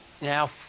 Now